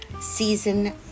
Season